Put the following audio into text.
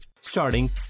Starting